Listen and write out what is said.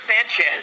Sanchez